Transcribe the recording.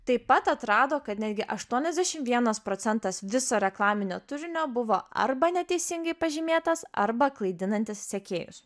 taip pat atrado kad netgi aštuoniasdešim vienas procentas viso reklaminio turinio buvo arba neteisingai pažymėtas arba klaidinantis sekėjus